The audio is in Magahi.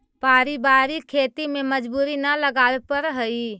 पारिवारिक खेती में मजदूरी न लगावे पड़ऽ हइ